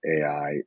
AI